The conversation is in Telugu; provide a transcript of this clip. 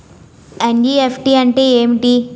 ఎన్.ఈ.ఎఫ్.టి అంటే ఏమిటి?